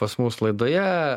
pas mus laidoje